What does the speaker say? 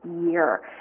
year